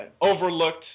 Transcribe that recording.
overlooked